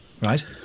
Right